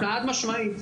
חד משמעית.